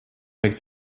vajag